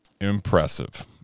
Impressive